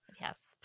Yes